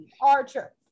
Archer